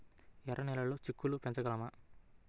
ఎర్ర నెలలో చిక్కుళ్ళు పెంచగలమా?